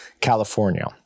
California